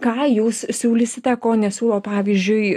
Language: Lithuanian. ką jūs siūlysite ko nesiūlo pavyzdžiui